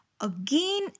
again